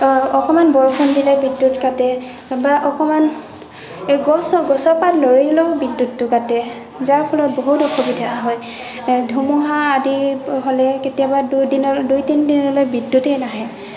অকণমান বৰষুণ দিলেই বিদ্যুত কাটে বা অকণমান গছৰ পাত লৰিলেও বিদ্যুতটো কাটে যাৰ ফলত বহুত অসুবিধা হয় ধুমুহা আদি হ'লে কেতিয়াবা দুই দুই তিনি দিনলৈ বিদ্যুতেই নাহে